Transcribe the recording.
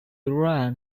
ran